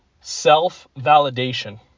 self-validation